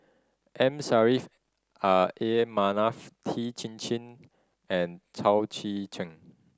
M Saffri ah A Manaf Tan Chin Chin and Chao Tzee Cheng